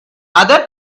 other